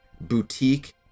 boutique